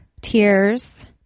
Tears